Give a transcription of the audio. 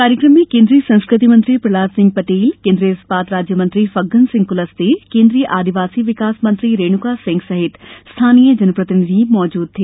कार्यकम में केन्द्रीय संस्कृति मंत्री प्रहलाद सिंह पटेल केन्द्रीय इस्पात राज्यमंत्री फग्गन सिंह कुलस्ते केन्द्रीय आदिवासी विकास मंत्री रेणुका सिंह सहित स्थानीय जनप्रतिनिधि उपस्थित रहे